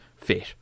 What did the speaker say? fit